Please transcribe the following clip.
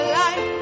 life